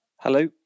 Hello